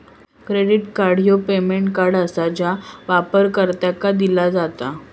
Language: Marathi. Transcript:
क्रेडिट कार्ड ह्या पेमेंट कार्ड आसा जा वापरकर्त्यांका दिला जात